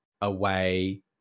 Away